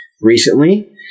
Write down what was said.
recently